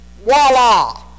voila